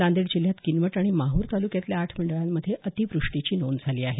नांदेड जिल्ह्यात किनवट आणि माहूर तालुक्यातल्या आठ मंडळांमध्ये अतिवृष्टीची नोंद झाली आहे